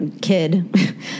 kid